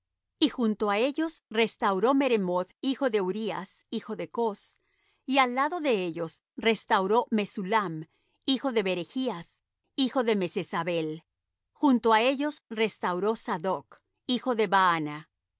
y junto á ellos restauró meremoth hijo de urías hijo de cos y al lado de ellos restauró mesullam hijo de berechas hijo de mesezabeel junto á ellos restauró sadoc hijo de baana